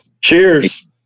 cheers